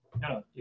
no